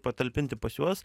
patalpinti pas juos